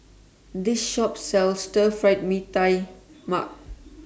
This Shop sells Stir Fried Mee Tai Mak